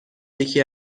یکی